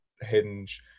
Hinge